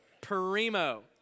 Primo